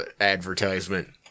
advertisement